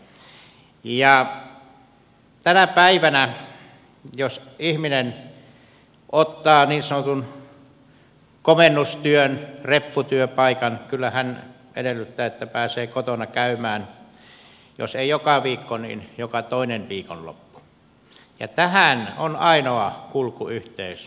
tänä päivänä jos ihminen ottaa niin sanotun komennustyön repputyöpaikan kyllä hän edellyttää että pääsee kotona käymään jos ei joka viikko niin joka toinen viikonloppu ja tähän on ainoa kulkuyhteys pohjoisessa lentokone